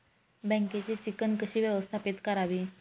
बँकेची चिकण कशी व्यवस्थापित करावी?